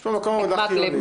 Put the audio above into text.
יש פה מקום עבודה חיוני.